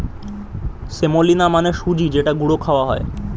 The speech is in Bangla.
সেমোলিনা মানে সুজি যেটা গুঁড়ো খাওয়া হয়